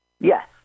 Yes